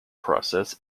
process